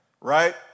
right